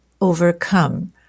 overcome